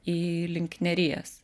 į link neries